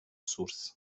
source